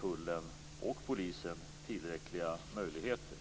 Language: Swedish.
tullen och polisen tillräckliga möjligheter.